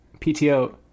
PTO